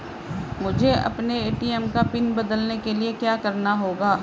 मुझे अपने ए.टी.एम का पिन बदलने के लिए क्या करना होगा?